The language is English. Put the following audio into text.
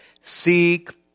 seek